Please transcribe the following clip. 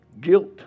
guilt